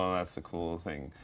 um that's a cool thing.